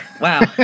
Wow